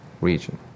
region